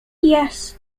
yes